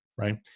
right